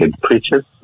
preachers